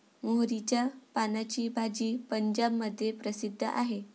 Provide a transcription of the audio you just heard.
मोहरीच्या पानाची भाजी पंजाबमध्ये प्रसिद्ध आहे